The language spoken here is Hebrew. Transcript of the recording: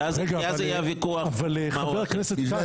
כי אז יהיה הוויכוח --- חבר הכנסת כץ,